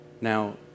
Now